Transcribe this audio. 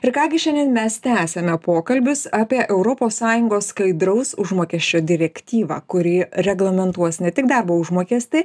ir ką gi šiandien mes tęsiame pokalbius apie europos sąjungos skaidraus užmokesčio direktyvą kuri reglamentuos ne tik darbo užmokestį